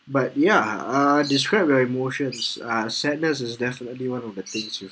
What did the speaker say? but ya uh describe your emotions uh sadness is definitely one of the things you've